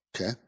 Okay